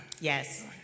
yes